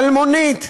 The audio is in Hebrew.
אלמונית,